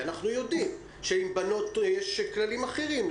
אנחנו יודעים שעם בנות יש כללים אחרים,